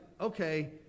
okay